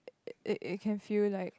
it it it can feel like